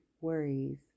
worries